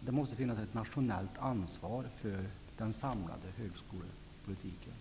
det måste finnas ett nationellt ansvar för den samlade högskolepolitiken.